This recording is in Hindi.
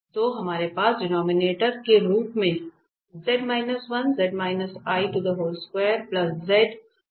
तो हमारे पास डिनोमिनेटर के रूप में है